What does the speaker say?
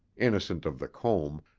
innocent of the comb,